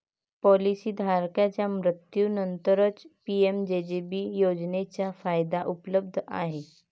policy धारकाच्या मृत्यूनंतरच PMJJB योजनेचा फायदा उपलब्ध आहे